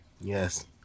Yes